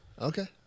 Okay